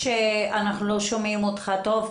לא שומעים אותך טוב,